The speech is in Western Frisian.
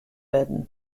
wurden